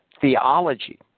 theology